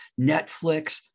Netflix